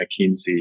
McKinsey